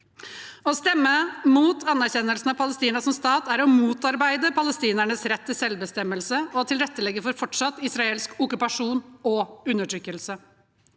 Å stemme mot anerkjennelse av Palestina som stat er å aktivt motarbeide palestinernes rett til selvbestemmelse og å tilrettelegge for å fortsette israelsk okkupasjon og undertrykkelse.